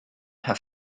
have